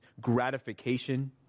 gratification